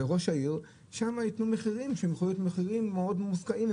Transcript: וראש העיר שם יתנו מחירים שהם יכולים להיות מחירים מאוד מופקעים,